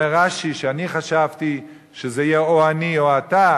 אומר רש"י: שאני חשבתי שזה יהיה או אני או אתה,